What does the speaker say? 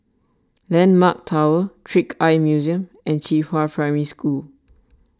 Landmark Tower Trick Eye Museum and Qihua Primary School